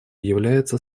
является